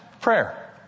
Prayer